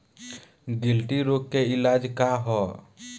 गिल्टी रोग के इलाज का ह?